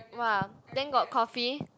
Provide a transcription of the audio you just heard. !wah! then got coffee